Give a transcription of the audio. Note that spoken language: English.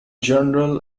general